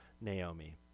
Naomi